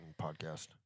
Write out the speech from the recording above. podcast